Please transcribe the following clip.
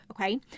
okay